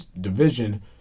division